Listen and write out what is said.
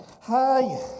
Hi